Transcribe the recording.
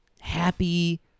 happy